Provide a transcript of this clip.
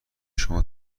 شما